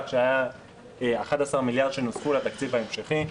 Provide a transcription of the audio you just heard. שהיה 11 מיליארד שנוספו לתקציב ההמשכי.